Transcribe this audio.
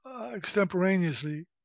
extemporaneously